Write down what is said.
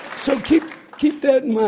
so keep keep that and